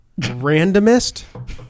Randomist